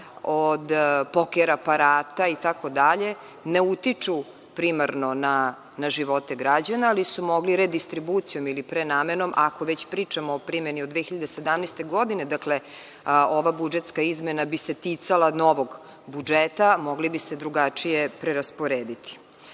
od poker aparata itd. ne utiču primerno na živote građana, ali su mogli redistribucijom ili prenamenom, ako već pričamo o primeni od 2017. godine, dakle, ova budžetska izmena bi se ticala novog budžeta, mogli biste drugačije prerasporediti. Ono